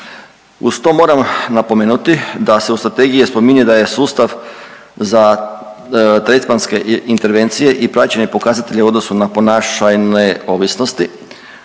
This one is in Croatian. Uz to moram napomenuti da se u strategiji spominje da je sustav za tretmanske intervencije i praćenje pokazatelja u odnosu na ponašajne ovisnosti